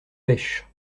pêche